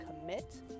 commit